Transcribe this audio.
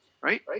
right